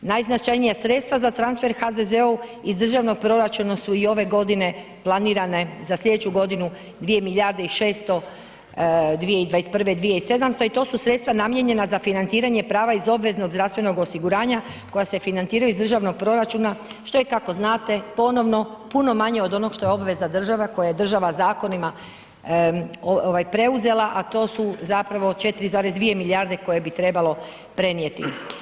Najznačajnija sredstva za transfer HZZO-u iz državnog proračuna su i ove godine planirane za slijedeću godinu, 2 milijarde i 600, 2021. 2 i 700 i to su sredstva namijenjena za financiranje prava iz obveznog zdravstvenog osiguranja koja se financiraju iz državnog proračuna što je kako znate, ponovno puno manje od onog što je obveza države koje je država zakonima preuzela a to su zapravo 4,2 milijarde koje bi trebalo prenijeti.